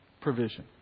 provision